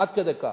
עד כדי כך.